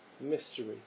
mystery